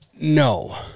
No